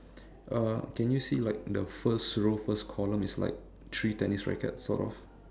uh can you see like the first row first column is like three tennis rackets sort of